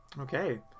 Okay